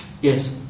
Yes